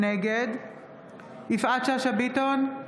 נגד יפעת שאשא ביטון,